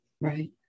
Right